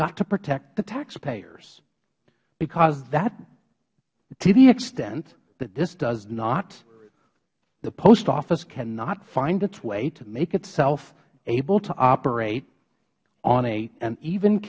have to protect the taxpayers because that to the extent that this does not the post office cannot find its way to make itself able to operate on an even